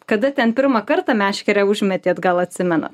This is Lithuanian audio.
kada ten pirmą kartą meškerę užmetėt gal atsimenat